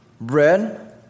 Bread